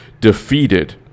defeated